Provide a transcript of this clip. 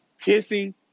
kissing